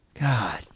God